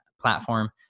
platform